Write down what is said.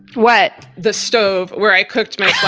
what? the stove where i cooked my